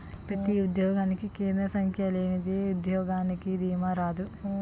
ప్రతి ఉద్యోగానికి కేంద్ర సంస్థ లేనిదే ఉద్యోగానికి దీమా రాదు